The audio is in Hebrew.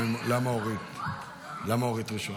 למה אורית ראשונה?